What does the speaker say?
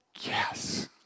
yes